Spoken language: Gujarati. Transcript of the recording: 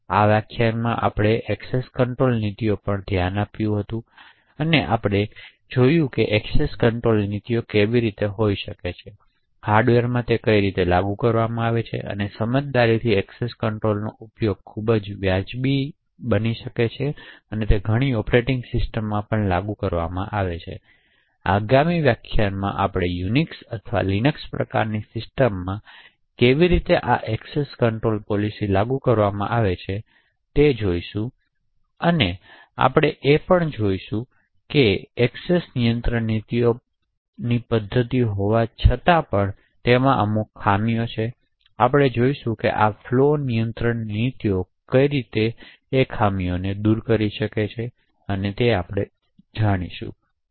તેથી આ વ્યાખ્યાનમાં આપણે એક્સેસ કન્ટ્રોલ નીતિઓ પર ખરેખર ધ્યાન આપ્યું હતું આપણે જોયું હતું કે એક્સેસ કન્ટ્રોલ નીતિઓ કેવી રીતે હોઇ શકે છે હાર્ડવેરમાં લાગુ કરવામાં આવે છે અને સમજદારીથી એક્સેસ કંટ્રોલનો ખૂબ જ વ્યાજબી ઉપયોગ જે ઘણી ઑપરેટિંગ સિસ્ટમોમાં લાગુ કરવામાં આવે છે આગામીમાં વ્યાખ્યાન આપણે યુનિક્સ અથવા લિંક્સ પ્રકારની સિસ્ટમોમાં કેવી રીતે આ એએક્સેસ કંટ્રોલ પોલિસી લાગુ કરવામાં આવે છે તે જોશું અને આપણે એ પણ જોતા હતા કે એક્સેસ નિયંત્રણ નીતિ પદ્ધતિઓ હોવાનો મોટો ખામી શું છે અને આપણે ખરેખર જોશું કે આ ફ્લો નિયંત્રણ નીતિઓ વધુ સારી રીતે કેમ બનાવવામાં આવે છે તે જાણી શકાય છે